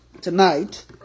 tonight